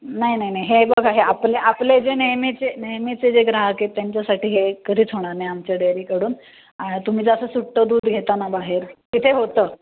नाही नाही नाही हे बघा हे आपले आपले जे नेहमीचे नेहमीचे जे ग्राहक आहेत त्यांच्यासाठी हे कधीच होणार नाही आमच्या डेअरीकडून तुम्ही जे असं सुटं दूध घेता ना बाहेर तिथे होतं